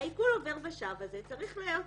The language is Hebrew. צריך להיות